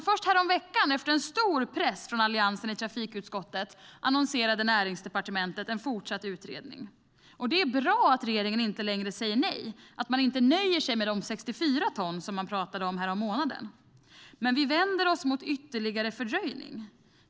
Först häromveckan efter stor press från Alliansen i trafikutskottet annonserade Näringsdepartementet en fortsatt utredning. Det är bra att regeringen inte längre säger nej och inte nöjer sig med de 64 ton som man talade om härommånaden. Men vi vänder oss mot ytterligare fördröjning.